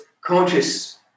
conscious